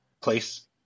place